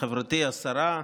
חברתי השרה,